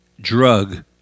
drug